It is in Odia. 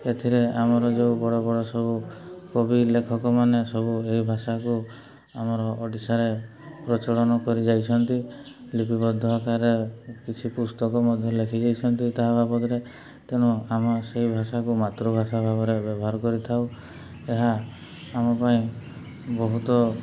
ଏଥିରେ ଆମର ଯେଉଁ ବଡ଼ ବଡ଼ ସବୁ କବି ଲେଖକମାନେ ସବୁ ଏହି ଭାଷାକୁ ଆମର ଓଡ଼ିଶାରେ ପ୍ରଚଳନ କରି ଯାଇଛନ୍ତି ଲିପିବଦ୍ଧ ଆକାରରେ କିଛି ପୁସ୍ତକ ମଧ୍ୟ ଲେଖିଯାଇଛନ୍ତି ତାହା ବାବଦରେ ତେଣୁ ଆମେ ସେଇ ଭାଷାକୁ ମାତୃଭାଷା ଭାବରେ ବ୍ୟବହାର କରିଥାଉ ଏହା ଆମ ପାଇଁ ବହୁତ